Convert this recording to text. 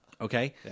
Okay